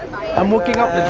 i'm working out the